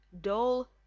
dull